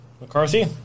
McCarthy